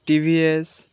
TVS